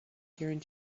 during